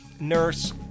nurse